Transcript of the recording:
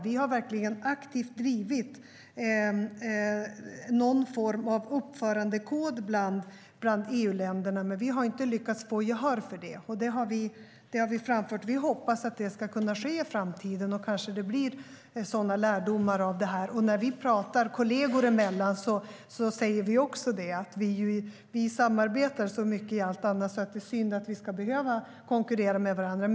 Vi har verkligen aktivt drivit någon form av uppförandekod bland EU-länderna, men vi har inte lyckats få gehör för det. Vi har framfört detta och hoppas att det ska kunna bli så i framtiden. Det kanske blir sådana lärdomar av detta. När vi pratar kolleger emellan säger vi också att vi samarbetar så mycket i allt annat, så det är synd att vi ska behöva konkurrera med varandra.